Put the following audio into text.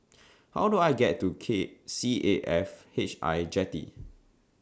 How Do I get to K C A F H I Jetty